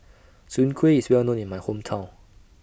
Soon Kway IS Well known in My Hometown